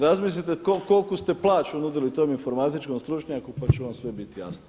Razmislite koliku ste plaću nudili tom informatičkom stručnjaku pa će vam sve bit jasno.